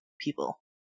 people